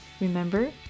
Remember